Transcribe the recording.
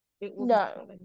No